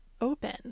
open